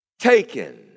Taken